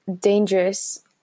dangerous